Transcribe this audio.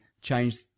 change